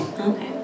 Okay